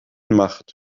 macht